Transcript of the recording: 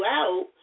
out